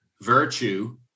virtue